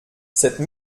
cette